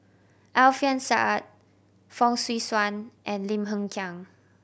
Alfian Sa'at Fong Swee Suan and Lim Hng Kiang